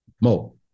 Mo